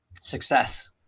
success